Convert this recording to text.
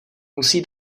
musí